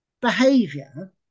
behavior